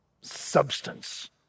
substance